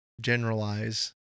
generalize